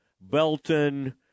Belton